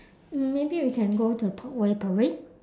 mm maybe we can go to parkway parade